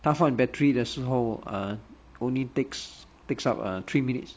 他换 battery 的时候 uh only takes takes up three minutes